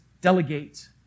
delegate